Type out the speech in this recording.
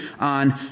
on